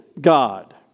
God